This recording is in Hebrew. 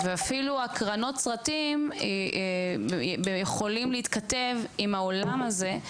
ואפילו הקרנות סרטים יכולים להתכתב עם העולם הזה,